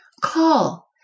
call